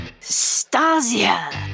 Stasia